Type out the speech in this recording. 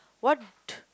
what